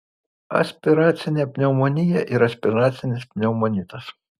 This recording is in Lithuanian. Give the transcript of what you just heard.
aspiracinė pneumonija ir aspiracinis pneumonitas